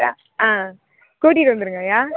ஆ கூட்டிட்டு வந்துருங்கய்யா